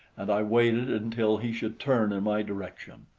and i waited until he should turn in my direction.